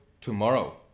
tomorrow